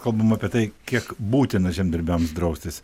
kalbam apie tai kiek būtina žemdirbiams draustis